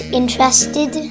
interested